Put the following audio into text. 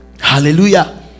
hallelujah